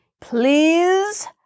Please